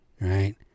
Right